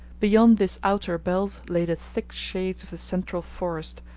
beyond this outer belt lay the thick shades of the central forest,